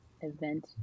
event